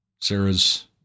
Sarah's